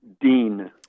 Dean